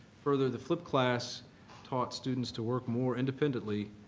further, the flipped class taught students to work more independently,